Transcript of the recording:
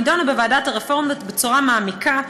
נדונה בוועדת הרפורמות בצורה מעמיקה,